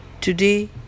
today